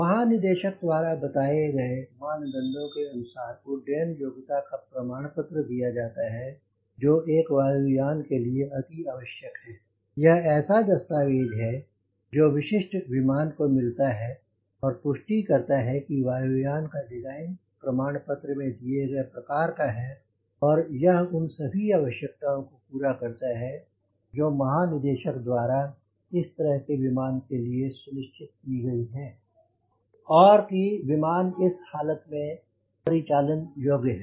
महानिदेशक द्वारा बताए गए मानदंडों के अनुसार उड्डयन योग्यता का प्रमाण पत्र दिया जाता है जो एक वायु यान के लिए अति आवश्यक है यह ऐसा दस्तावेज़ है जो विशिष्ट विमान को मिलता है और पुष्टि करता है वायु यान का डिज़ाइन प्रमाण पत्र में दिए गए प्रकार का है और यह उन सभी आवश्यकताओं को पूरा करता है जो महानिदेशक द्वारा इस तरह के विमान के लिए सुनिश्चित की गई है और कि विमान इस हालत में परिचालन योग्य है